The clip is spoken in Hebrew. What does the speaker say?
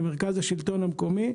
למרכז השלטון המקומי,